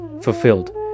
fulfilled